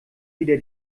wieder